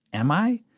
am i?